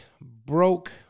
broke